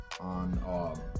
on